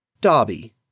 Dobby